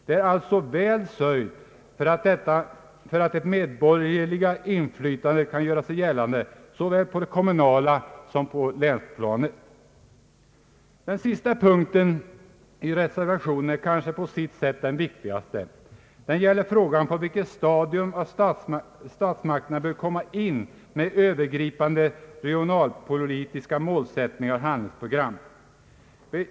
Det är alltså väl sörjt för att det medborgerliga inflytandet kan göra sig gällande såväl på det kommunala planet som på länsplanet; Den sista punkten i reservationen är kanske på sitt sätt den viktigaste. Den gäller frågan på vilket stadium statsmakterna bör komma in med övergripande regionalpolitiska målsättningar och handlingsprogram.